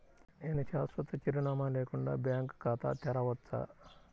నేను శాశ్వత చిరునామా లేకుండా బ్యాంక్ ఖాతా తెరవచ్చా?